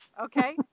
Okay